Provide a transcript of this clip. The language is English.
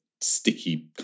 sticky